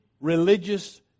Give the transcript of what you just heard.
religious